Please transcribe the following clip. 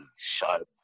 sharp